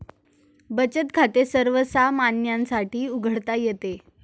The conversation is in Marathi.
बचत खाते सर्वसामान्यांसाठी उघडता येते